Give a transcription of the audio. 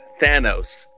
Thanos